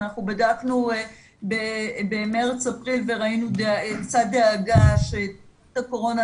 אנחנו בדקנו במרץ-אפריל וראינו קצת דאגה בשל הקורונה.